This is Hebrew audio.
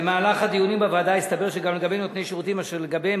במהלך הדיונים בוועדה הסתבר שגם לגבי נותני שירותים אשר לגביהם